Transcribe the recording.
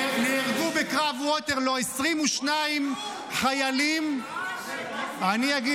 נהרגו בקרב ווטרלו 22,000 חיילים --- ווטרלוּ.